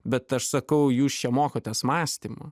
bet aš sakau jūs čia mokotės mąstymo